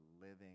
living